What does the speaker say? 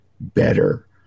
better